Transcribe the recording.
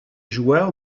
joueur